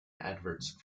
adverts